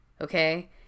okay